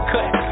Cut